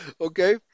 Okay